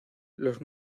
los